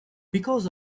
because